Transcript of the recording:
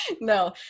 No